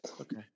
Okay